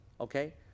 okay